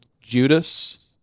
Judas